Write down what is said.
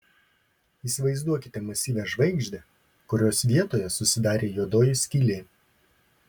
įsivaizduokite masyvią žvaigždę kurios vietoje susidarė juodoji skylė